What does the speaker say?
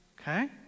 okay